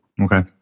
Okay